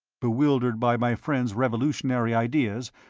bewildered by my friend's revolutionary ideas,